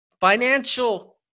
Financial